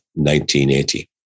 1980